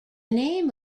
name